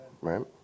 right